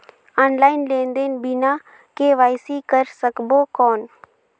Online लेनदेन बिना KYC कर सकबो कौन??